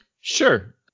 Sure